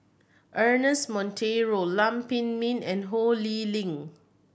Ernest Monteiro Lam Pin Min and Ho Lee Ling